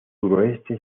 sureste